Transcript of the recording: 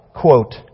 quote